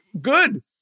Good